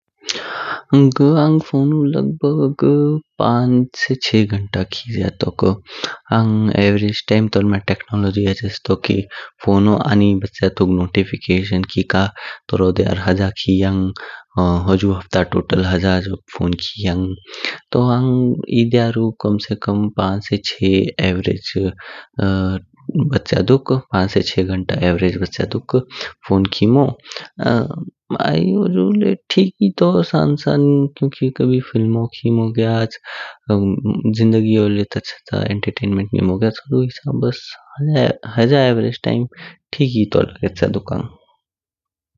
घ आंग फोनु लग भाग पाँच से छह घण्टा खिज्या टोक। आँग एवेरेज टाइम तोर्म्या टेक्नोलॉजी ह्जेस्क तू की फोन आनी नोटिफिकेशन बच्या दुक की का फोन टोरो ह्जा ध्यार खियांग, हुजु हफ्ता टोटल ह्जा जॉब फोन खियान। डू आँग ए एध्यारु कम से कम पाँच से छे एवेरेज बच्या दुक पाँच से छे घण्टा एवेरेज बच्या दुक फोन खिमो। आई हुजु लय्य ठीक ही तू सान सन्न क्योकि कभी फीलमो खिमो ग्याच जिंदगीओ लय्य ता चो एंटरटेनमेंट ग्याच। हुडु हिसाब्स ह्जा एवेरेज टाइम ठीक ही तू लगेचाया दुक आँग।